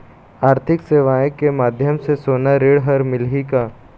आरथिक सेवाएँ के माध्यम से सोना ऋण हर मिलही का?